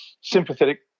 sympathetic